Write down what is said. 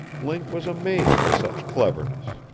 link was amazed at such cleverness.